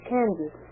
Kansas